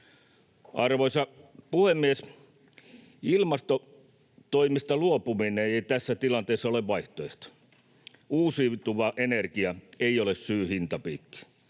Arvoisa puhemies! Ilmastotoimista luopuminen ei tässä tilanteessa ole vaihtoehto. Uusiutuva energia ei ole syy hintapiikkiin.